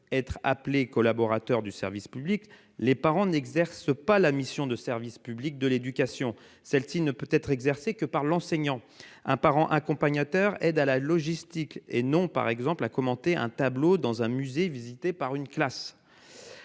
être appelés « collaborateurs occasionnels du service public », les parents n'exercent pas une mission de service public de l'éducation : celle-ci ne peut être exercée que par l'enseignant. Un parent accompagnateur de sortie scolaire aide à la logistique et non, par exemple, à commenter un tableau dans un musée lors d'une visite.